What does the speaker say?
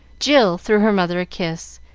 jill threw her mother a kiss,